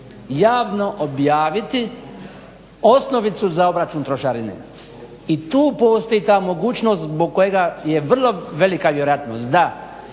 javno objaviti osnovicu za obračun trošarine i tu postoji ta mogućnost zbog kojega je vrlo velika vjerojatnost da